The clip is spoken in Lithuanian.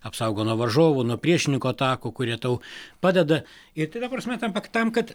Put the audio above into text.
apsaugo nuo varžovų nuo priešininko atakų kurie tau padeda ir tai ta prasme tampa tam kad